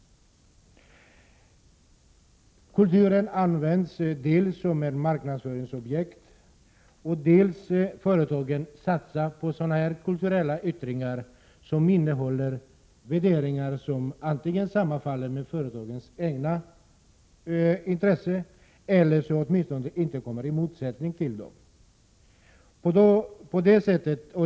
Kulturen används som marknadsföringsobjekt. Företagen satsar på sådana kulturella yttringar som innehåller värderingar som antingen sammanfaller med företagens egna intressen eller åtminstone inte kommer i motsättning till dem.